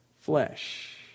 flesh